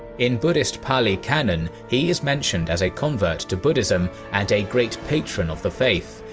in buddhist pali canon, he is mentioned as a convert to buddhism, and a great patron of the faith,